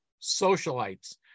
socialites